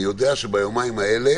אני יודע שביומיים האלה